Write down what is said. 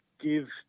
give